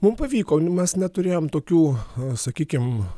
mum pavyko nu mes neturėjom tokių sakykim